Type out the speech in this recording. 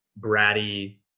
bratty